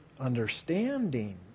understanding